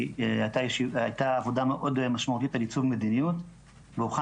הייתה עבודה מאוד משמעותית בעיצוב מדיניות והוכן